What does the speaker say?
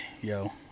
Yo